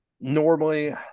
Normally